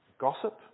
Gossip